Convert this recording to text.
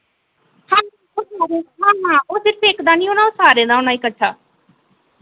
हां हां हां ओ सिर्फ इक दा नि होना ओ सारें दा होना इकठ्ठा